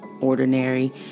ordinary